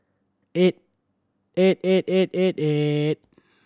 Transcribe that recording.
eight eight eight eight eight eight